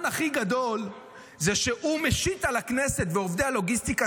הביזיון הכי גדול זה שהוא משית על הכנסת ועל עובדי הלוגיסטיקה